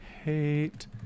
Hate